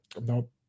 Nope